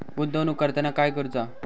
गुंतवणूक करताना काय करुचा?